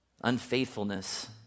unfaithfulness